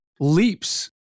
leaps